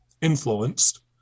influenced